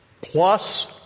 plus